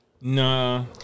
Nah